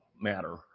matter